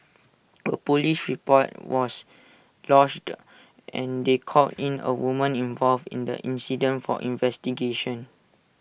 A Police report was lodged and they called in A woman involved in the incident for investigations